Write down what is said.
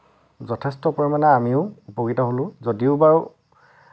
যথেষ্ট পৰিমাণে আমিও উপকৃত হলোঁ যদিও বাৰু